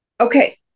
Okay